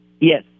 Yes